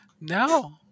No